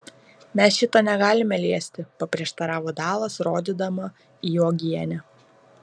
mes šito negalime liesti paprieštaravo dalas rodydama į uogienę